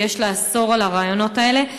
ויש לאסור את הראיונות האלה,